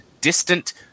distant